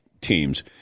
teams